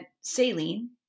saline